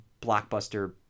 blockbuster